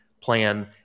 plan